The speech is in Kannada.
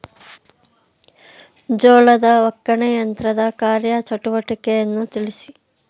ಜೋಳದ ಒಕ್ಕಣೆ ಯಂತ್ರದ ಕಾರ್ಯ ಚಟುವಟಿಕೆಯನ್ನು ತಿಳಿಸಿ?